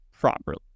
properly